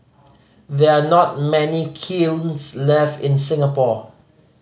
there are not many kilns left in Singapore